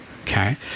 Okay